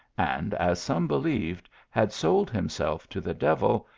and, as some believed, had sold himself to the devil,